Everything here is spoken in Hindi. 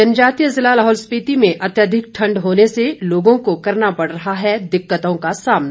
जनजातीय ज़िला लाहौल स्पिति में अत्याधिक ठंड होने से लोगों को करना पड़ रहा है दिक्कतों का सामना